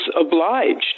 obliged